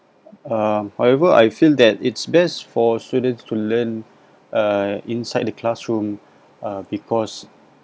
um however I feel that it's best for students to learn uh inside the classroom because